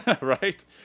right